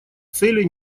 целей